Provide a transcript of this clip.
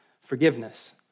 forgiveness